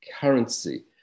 currency